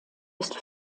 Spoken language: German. ist